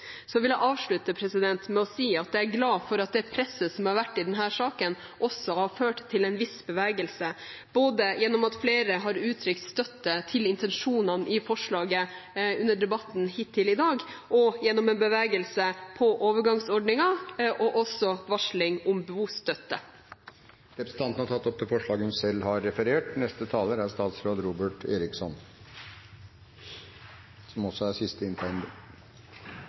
Så vil jeg avslutte med å si at jeg er glad for at det presset som har vært i denne saken, også har ført til en viss bevegelse, både gjennom at flere har uttrykt støtte til intensjonene i forslaget under debatten hittil i dag, og gjennom en bevegelse på overgangsordningen og også varsling om bostøtte. Representanten Kirsti Bergstø har tatt opp de forslag hun refererte til. La meg først få lov til å si at jeg oppfatter at hovedprinsippene i uførereformen som